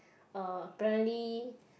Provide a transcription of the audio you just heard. uh apparently